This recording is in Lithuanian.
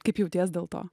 kaip jauties dėl to